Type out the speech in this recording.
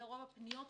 זה רוב הפניות.